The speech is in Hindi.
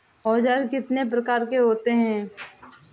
औज़ार कितने प्रकार के होते हैं?